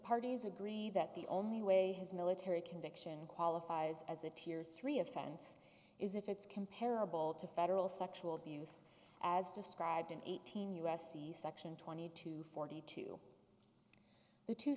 parties agree that the only way his military conviction qualifies as a tier three offense is if it's comparable to federal sexual abuse as described in eighteen u s c section twenty two forty two the two